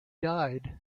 died